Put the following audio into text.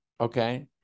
okay